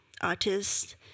Artist